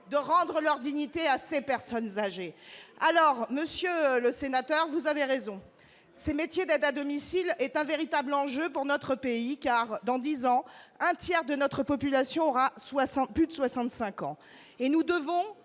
de rendre leur dignité à ces personnes âgées. Monsieur le sénateur, vous avez raison : ce métier d'aide à domicile est un véritable enjeu pour notre pays, car, dans dix ans, un tiers de notre population aura plus de 65 ans. Pour